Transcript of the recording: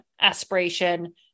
aspiration